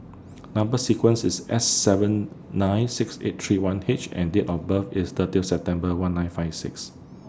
Number sequence IS S seven nine six eight three one H and Date of birth IS thirtieth September one nine five six